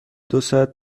دوساعت